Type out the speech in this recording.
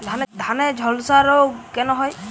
ধানে ঝলসা রোগ কেন হয়?